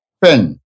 pen